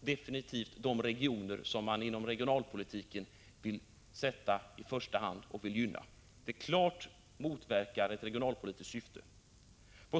definitivt dränerar de regioner som man inom regionalpolitiken vill sätta i första hand och gynna. Det motverkar klart ett regionalpolitiskt syfte.